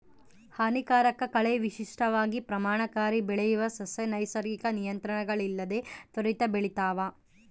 ಹಾನಿಕಾರಕ ಕಳೆ ವಿಶಿಷ್ಟವಾಗಿ ಕ್ರಮಣಕಾರಿ ಬೆಳೆಯುವ ಸಸ್ಯ ನೈಸರ್ಗಿಕ ನಿಯಂತ್ರಣಗಳಿಲ್ಲದೆ ತ್ವರಿತ ಬೆಳಿತಾವ